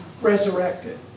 resurrected